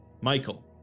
Michael